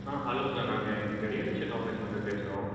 ஆ hello sir நான் இங்கே இந்த ரியல் எஸ்டேட் ஆஃபிஸ்லேருந்து பேசுகிறோம்